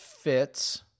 fits